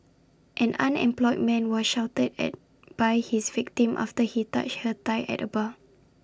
an unemployed man was shouted at by his victim after he touched her thigh at A bar